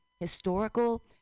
historical